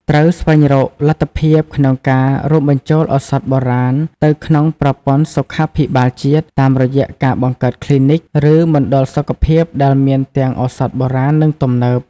ត្រូវស្វែងរកលទ្ធភាពក្នុងការរួមបញ្ចូលឱសថបុរាណទៅក្នុងប្រព័ន្ធសុខាភិបាលជាតិ តាមរយៈការបង្កើតគ្លីនិក ឬមណ្ឌលសុខភាពដែលមានទាំងឱសថបុរាណ និងទំនើប។